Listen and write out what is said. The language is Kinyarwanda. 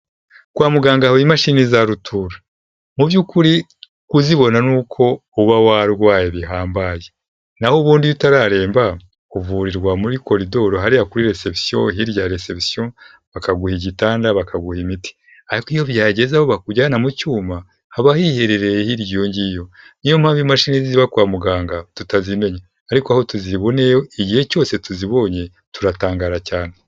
Kwa muganga haba imashini za rutura. Mu by'ukuri kuzibona ni uko uba warwaye bihambaye, naho ubundi iyo utararemba uvurirwa muri koridoro hariya kuri reception, hirya ya reception bakaguha igitanda, bakaguha imiti. Ariko iyo byageze aho bakujyana mu cyuma haba hiherereye hirya iyo ngiyo. Niyo mpamvu imashini ziba kwa muganga tutazimenya, ariko aho tuziboneye igihe cyose tuzibonye, turatangara cyane.